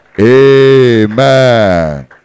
Amen